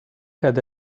had